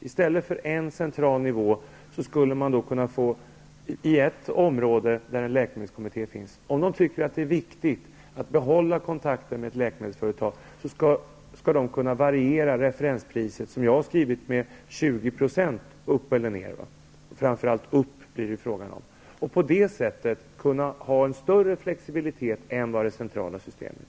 En läkemedelskommitté i ett område skulle kunna variera referenspriset -- om man tycker att det är viktigt att behålla kontakten med ett läkemedelsföretag -- med 20 % upp eller ned, framför allt upp, och på det sättet få en större flexibilitet än med det centrala systemet.